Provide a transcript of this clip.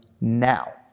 now